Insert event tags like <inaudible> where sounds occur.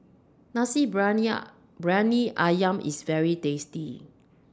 Nasi <unintelligible> Briyani Ayam IS very tasty